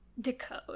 decode